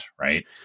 right